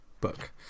book